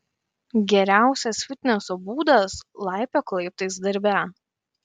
geriausias fitneso būdas laipiok laiptais darbe